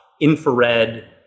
infrared